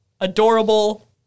adorable